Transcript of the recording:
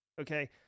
okay